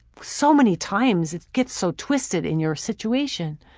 so many times it gets so twisted in your situation.